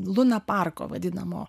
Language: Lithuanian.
lunaparko vadinamo